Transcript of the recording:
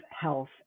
health